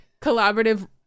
collaborative